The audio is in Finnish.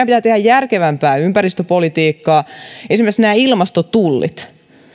pitää tehdä järkevämpää ympäristöpolitiikkaa esimerkiksi ilmastotullit